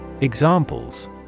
Examples